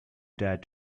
dared